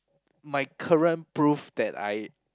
my current proof that I